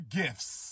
gifts